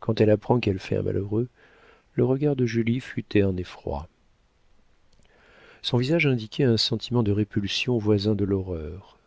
quand elle apprend qu'elle fait un malheureux le regard de julie fut terne et froid son visage indiquait un sentiment de répulsion voisin de l'horreur